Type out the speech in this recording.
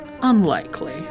unlikely